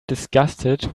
disgusted